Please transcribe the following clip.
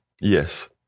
Yes